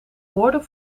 woorden